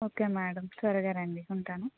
okay madam త్వరగా రండి ఉంటాను